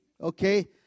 okay